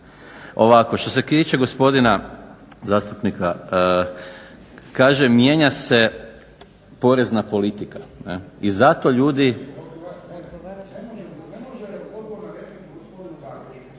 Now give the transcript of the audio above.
Ovako, što se tiče gospodina zastupnika kaže mijenja se porezna politika i zato se ljudi